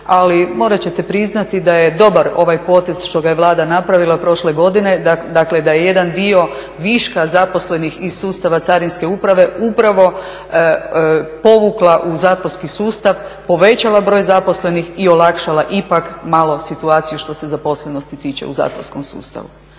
ali morat ćete priznati da je dobar ovaj potez što ga je Vlada napravila prošle godine, dakle da je jedan dio viška zaposlenih iz sustava Carinske uprave upravo povukla u zatvorski sustav, povećala broj zaposlenih i olakšala ipak malo situaciju što se zaposlenosti tiče u zatvorskom sustavu.